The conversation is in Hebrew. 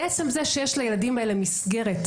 עצם זה שיש לילדים האלה מסגרת,